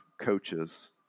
coaches